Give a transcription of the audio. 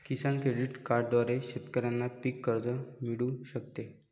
किसान credit कार्डद्वारे शेतकऱ्यांना पीक कर्ज मिळू शकते